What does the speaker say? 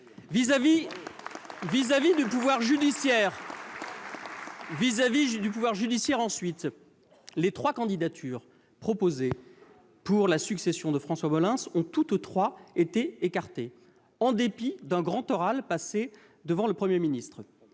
Vis-à-vis du pouvoir judiciaire, ensuite : les trois candidatures présentées pour la succession de François Molins ont toutes été écartées, en dépit d'un grand oral passé devant le Premier ministre.